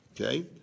okay